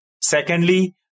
Secondly